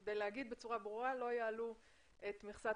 כדי להגיד בצורה ברורה שלא יעלו את מכסת